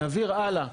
הלאה,